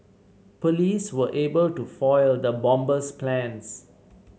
police were able to foil the bomber's plans